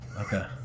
Okay